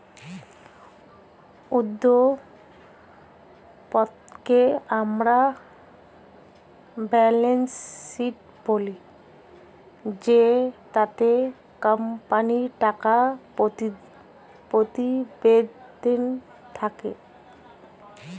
উদ্ধৃত্ত পত্রকে আমরা ব্যালেন্স শীট বলি জেটাতে কোম্পানির টাকা প্রতিবেদন থাকে